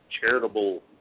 charitable